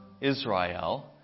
Israel